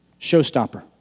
Showstopper